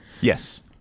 Yes